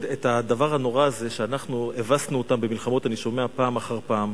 את הדבר הנורא הזה שאנחנו הבסנו אותם במלחמות אני שומע פעם אחר פעם.